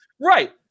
right